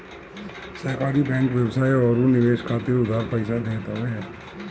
सहकारी बैंक व्यवसाय अउरी निवेश खातिर उधार पईसा देत हवे